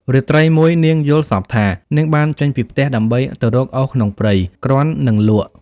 រាត្រីមួយ នាងយល់សប្តិថា នាងបានចេញពីផ្ទះ ដើម្បីទៅរកអុសក្នុងព្រៃ គ្រាន់នឹងលក់ ។